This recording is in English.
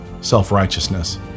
self-righteousness